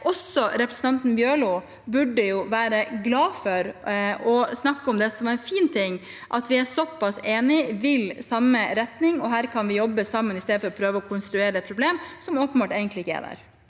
Også representanten Bjørlo burde være glad for å snakke om det som er en fin ting – at vi er såpass enige, vil i samme retning og her kan jobbe sammen, i stedet for å prøve å konstruere et problem som åpenbart egentlig ikke er der.